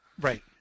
Right